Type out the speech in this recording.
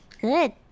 good